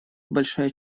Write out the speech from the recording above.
большая